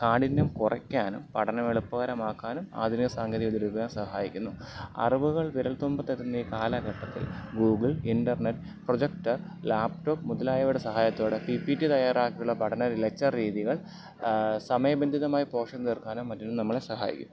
കാഠിന്യം കുറയ്ക്കാനും പഠനം എളുപ്പകരമാക്കാനും ആധുനിക സാങ്കേതിക വിദ്യയുടെ ഉപയോഗം സഹായിക്കുന്നു അറിവുകൾ വിരൽ തുമ്പത്ത് എത്തുന്ന ഈ കാലഘട്ടത്തിൽ ഗൂഗിൾ ഇൻറ്റർനെറ്റ് പ്രൊജക്ടർ ലാപ്ടോപ്പ് മുതലായവയുടെ സഹായത്തോടെ പി പി റ്റി തയ്യാറാക്കിയുള്ള പഠന ലെക്ച്ചർ രീതികൾ സമയബന്ധിതമായി പോഷൻ തീർക്കാനും മറ്റിനും നമ്മളെ സഹായിക്കും